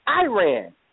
Iran